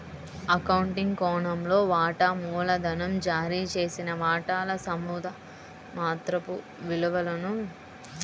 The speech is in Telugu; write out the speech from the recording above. అకౌంటింగ్ కోణంలో, వాటా మూలధనం జారీ చేసిన వాటాల నామమాత్రపు విలువను వాటా ధృవపత్రాలలో సూచిస్తుంది